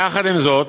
יחד עם זאת,